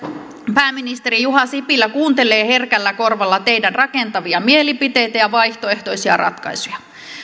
pääministeri juha sipilä kuuntelee herkällä korvalla teidän rakentavia mielipiteitänne ja vaihtoehtoisia ratkaisujanne